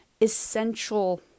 essential